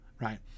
right